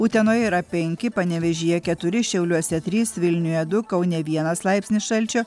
utenoje yra penki panevėžyje keturi šiauliuose trys vilniuje du kaune vienas laipsnis šalčio